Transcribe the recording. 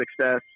success